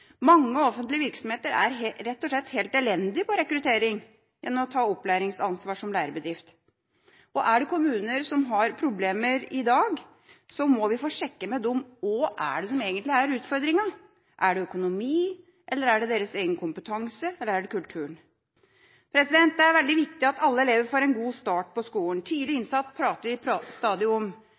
Mange offentlige virksomheter er rett og slett helt elendige på rekruttering og det å ta opplæringsansvar som lærebedrift. Er det kommuner som har problemer i dag, må vi få sjekket med dem hva som egentlig er utfordringen. Er det økonomi, er det deres egen kompetanse, eller er det kulturen? Det er veldig viktig at alle elever får en god start på skolen. Tidlig innsats prater vi stadig om,